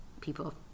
people